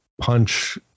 punch